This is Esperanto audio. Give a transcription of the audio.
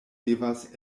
devas